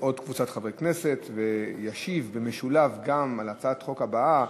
אנחנו נעבור להצעת החוק הבאה: